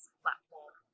platform